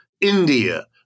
India